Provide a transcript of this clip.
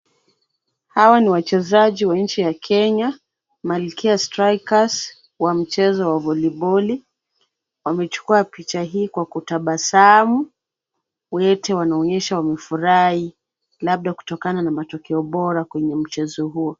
Hawa ni wachezaji wa nchi ya Kenya Malkia Strikers wa mchezo wa voliboli. Wamechukua picha hii kwa kutabasamu. Wote wanaonyesha wamefurahi labda kutokana na matokeo bora kwenye mchezo huo.